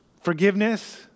forgiveness